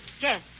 Yes